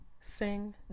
sing